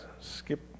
skip